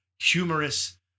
humorous